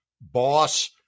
boss